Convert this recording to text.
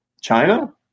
China